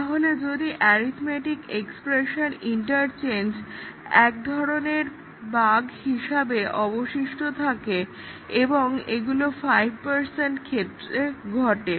তাহলে যদি arithmetic expression interchange এক ধরনের বাগ্ হিসাবে অবশিষ্ট থাকে এবং এগুলো 5 ক্ষেত্রে ঘটে